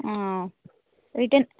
return